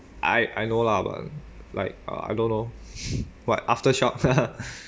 I I know lah but like uh I don't know what aftershocks